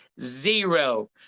Zero